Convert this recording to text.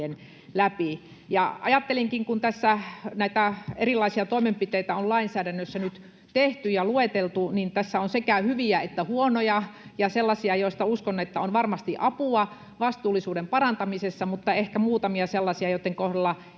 läpi. Ajattelinkin, kun tässä näitä erilaisia toimenpiteitä on lainsäädännössä nyt tehty ja lueteltu, että tässä on sekä hyviä että huonoja ja sellaisia, joista uskon olevan varmasti apua vastuullisuuden parantamisessa, mutta ehkä muutamia sellaisia, joitten kohdalla